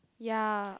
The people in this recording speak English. ya